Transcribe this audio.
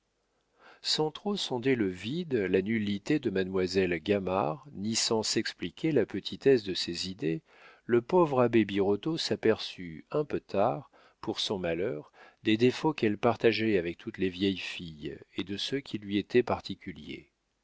sans trop sonder le vide la nullité de mademoiselle gamard ni sans s'expliquer la petitesse de ses idées le pauvre abbé birotteau s'aperçut un peu tard pour son malheur des défauts qu'elle partageait avec toutes les vieilles filles et de ceux qui lui étaient particuliers